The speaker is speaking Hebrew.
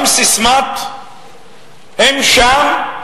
גם ססמת "הם שם,